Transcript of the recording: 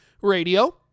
radio